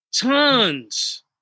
Tons